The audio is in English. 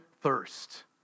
thirst